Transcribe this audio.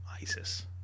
ISIS